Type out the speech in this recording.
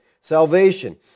salvation